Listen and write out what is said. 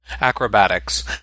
acrobatics